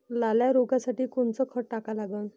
लाल्या रोगासाठी कोनचं खत टाका लागन?